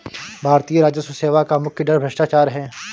भारतीय राजस्व सेवा का मुख्य डर भ्रष्टाचार है